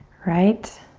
right?